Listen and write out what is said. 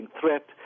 threat